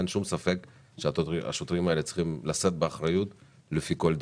אין שום ספק שהשוטרים האלה צריכים לשאת באחריות לפי כל דין.